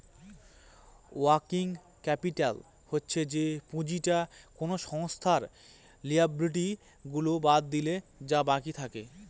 working capital হচ্ছে যে পুঁজিটা কোনো সংস্থার লিয়াবিলিটি গুলা বাদ দিলে যা বাকি থাকে